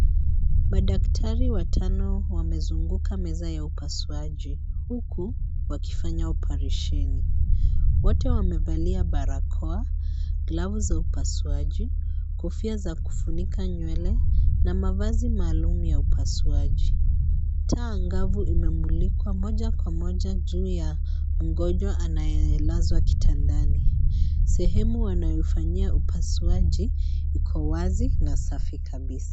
Madaktari watano wamezunguka meza ya upasuaji huku wakifanya oparesheni, wote wamevalia barakoa, glavu za upasuaji, kofia za kufunika nywele na mavazi maalum ya upasuaji. Taa angavu imemulikwa moja kwa moja juu ya mgonjwa anayelazwa kitandani, sehemu wanayofanyia upasuaji iko wazi na safi kabisaa.